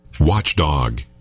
Watchdog